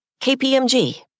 KPMG